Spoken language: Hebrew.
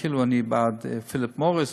כאילו אני בעד פיליפ מוריס,